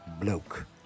bloke